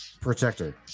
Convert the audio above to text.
protector